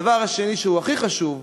הדבר השני, שהוא הכי חשוב: